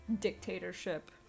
dictatorship